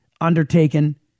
undertaken